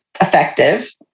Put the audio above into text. effective